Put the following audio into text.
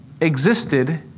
existed